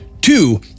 Two